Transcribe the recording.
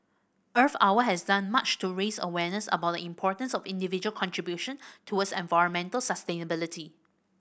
Earth Hour has done much to raise awareness about the importance of individual contribution towards environmental sustainability